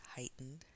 heightened